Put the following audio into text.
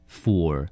four